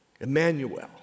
Emmanuel